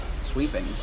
sweeping